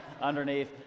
underneath